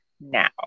now